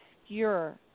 obscure